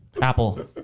apple